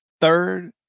third